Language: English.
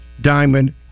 diamond